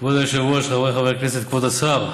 כבוד היושב-ראש, חבריי חברי הכנסת, כבוד השר,